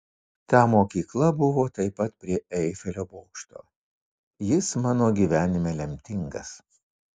ta mokykla buvo taip pat prie eifelio bokšto jis mano gyvenime lemtingas